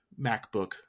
MacBook